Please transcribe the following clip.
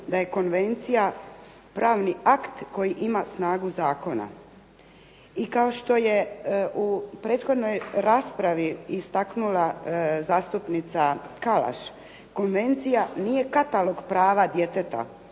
da je konvencija pravni akt koji ima snagu zakona. I kao što je u prethodnoj raspravi istaknula zastupnica Kalaš, konvencija nije katalog prava djeteta,